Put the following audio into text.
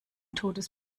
totes